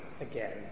again